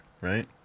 right